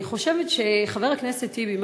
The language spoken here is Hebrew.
אני חושבת שחבר הכנסת טיבי,